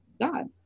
God